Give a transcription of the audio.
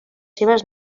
seves